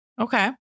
Okay